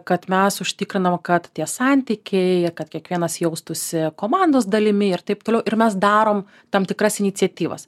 kad mes užtikrinam kad tie santykiai kad kiekvienas jaustųsi komandos dalimi ir taip toliau ir mes darom tam tikras iniciatyvas